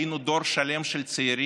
היינו דור שלם של צעירים